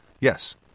Yes